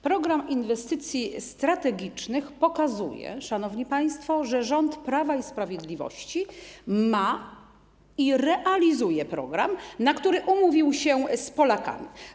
Program Inwestycji Strategicznych pokazuje, szanowni państwo, że rząd Prawa i Sprawiedliwości ma i realizuje program, na który umówił się z Polakami.